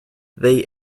they